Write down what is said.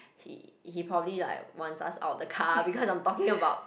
he he probably like wants us out of the car because I'm talking about